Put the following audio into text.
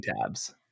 tabs